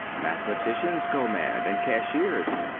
mathematicians go mad, and cashiers,